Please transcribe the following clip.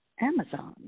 Amazon